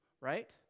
Right